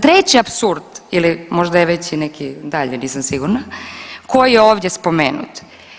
Treći apsurd ili možda je već i neki dalje, nisam sigurna koji je ovdje spomenut.